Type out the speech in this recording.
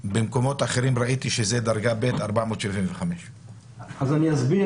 ובמקומות אחרים ראיתי שהוא בדרגה ב' 475. אני אסביר.